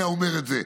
היה אומר את זה.